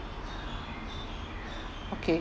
okay